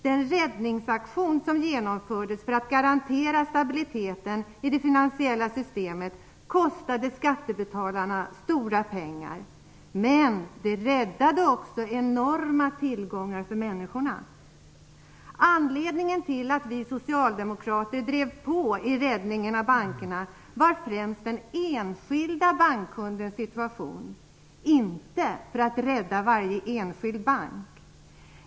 Den räddningsaktion som genomfördes för att garantera stabiliteten i det finansiella systemet kostade skattebetalarna stora pengar. Men den räddade också enorma tillgångar för människorna. Anledningen till att vi socialdemokrater drev på räddningen av bankerna var främst den enskilda bankkundens situation och inte att rädda varje enskild bank.